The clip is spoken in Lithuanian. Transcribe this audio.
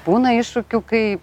būna iššūkių kai